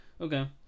Okay